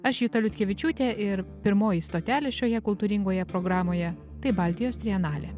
aš juta liutkevičiūtė ir pirmoji stotelė šioje kultūringoje programoje tai baltijos trienalė